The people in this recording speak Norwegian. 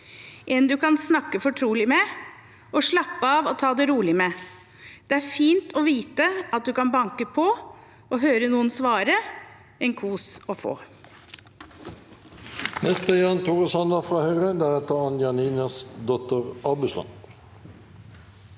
«En du kan snakke fortrolig med og slappe helt av og ta det rolig med. Det er fint å vite at du kan banke på og høre noen svare, en kos å få.»